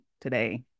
today